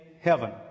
heaven